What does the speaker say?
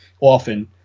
often